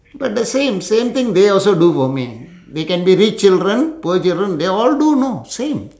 but the same same thing they also do for me they can be rich children poor children they all do know same